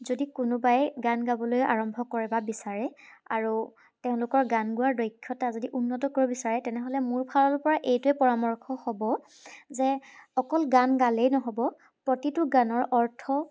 যদি কোনোবাই গান গাবলৈ আৰম্ভ কৰে বা বিচাৰে আৰু তেওঁলোকৰ গান গোৱা দক্ষতা যদি উন্নত কৰিব বিচাৰে তেনেহ'লে মোৰ ফালৰ পৰা এইটোৱে পৰামৰ্শ হ'ব যে অকল গান গালেই নহ'ব প্ৰতিটো গানৰ অৰ্থ